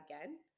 again